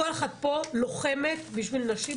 כל אחת פה לוחמת בשביל נשים,